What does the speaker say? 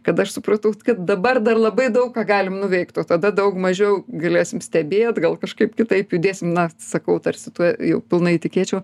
kad aš supratau kad dabar dar labai daug ką galim nuveikt o tada daug mažiau galėsim stebėt gal kažkaip kitaip judėsim na sakau tarsi tuo jau pilnai tikėčiau